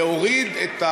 להוריד,